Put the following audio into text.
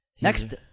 Next